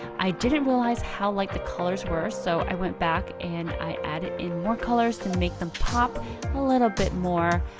i didn't realize how light like the colors were, so i went back and i added in more colors to make them pop a little bit more.